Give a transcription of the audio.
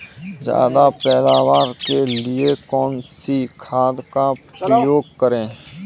ज्यादा पैदावार के लिए कौन सी खाद का प्रयोग करें?